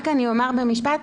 רק אומר במשפט,